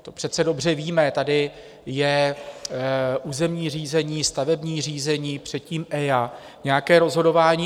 To přece dobře víme, tady je územní řízení, stavební řízení, předtím EIA, nějaké rozhodování.